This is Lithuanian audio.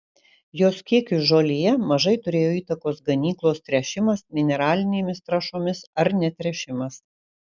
jos kiekiui žolėje mažai turėjo įtakos ganyklos tręšimas mineralinėmis trąšomis ar netręšimas